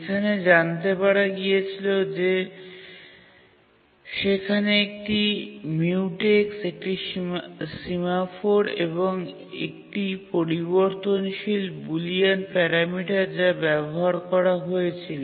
একটি মিউটেক্স একটি সিমফোর এবং একটি পরিবর্তনশীল বুলিয়ান প্যারামিটার এই ক্ষেত্রে ব্যবহার করা হয়েছিল